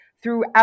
throughout